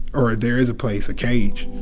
or there is a place a cage